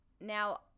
Now